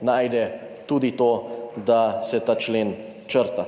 najde tudi to, da se ta člen črta.